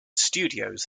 studios